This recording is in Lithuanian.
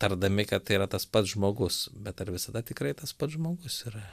tardami kad tai yra tas pats žmogus bet ar visada tikrai tas pats žmogus yra